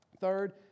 Third